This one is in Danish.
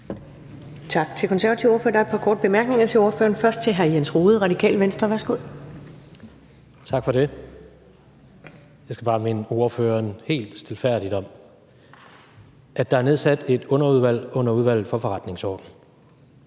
Tak til den konservative ordfører. Der er et par korte bemærkninger til ordføreren. Først er det hr. Jens Rohde, Radikale Venstre. Værsgo. Kl. 15:47 Jens Rohde (RV): Tak for det. Jeg skal bare minde ordføreren helt stilfærdigt om, at der er nedsat et underudvalg under Udvalget for Forretningsordenen.